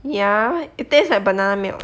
ya it taste like banana milk